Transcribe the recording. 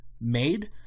made